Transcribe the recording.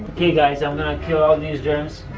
guys i'm gonna kill all these germs,